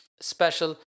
special